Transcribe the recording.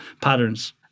patterns